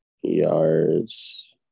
yards